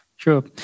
Sure